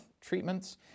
treatments